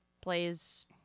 plays